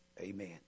amen